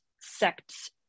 sects